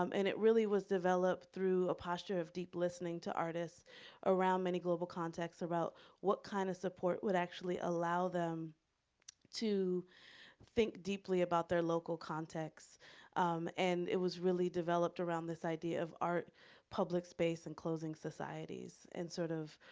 um and it really was developed through a posture of deep listening to artists around many global contexts about what kind of support would actually allow them to think deeply about their local context um and it was really developed around this idea of art public space and closing societies, and sort of,